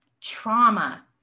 trauma